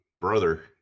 brother